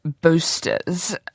boosters